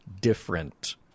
different